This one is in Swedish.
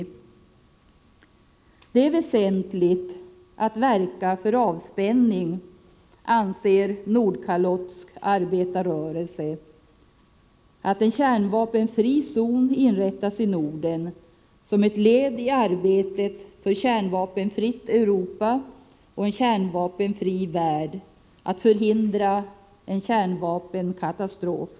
Nordkalotsk arbetarrörelse anser att det är väsentligt att verka för avspänning och för att en kärnvapenfri zon inrättas i Norden, som ett led i arbetet för ett kärnvapenfritt Europa och en kärnvapenfri värld, för att förhindra en kärnvapenkatastrof.